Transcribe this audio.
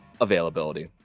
availability